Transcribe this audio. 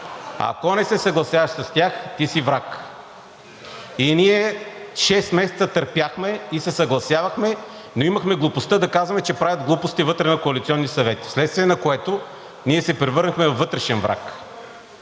Ако не се съгласяваш с тях, ти си враг. И ние шест месеца търпяхме и се съгласявахме, но имахме глупостта да казваме, че правят глупости вътре, на коалиционни съвети, вследствие на което ние се превърнахме във вътрешен враг.